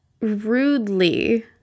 rudely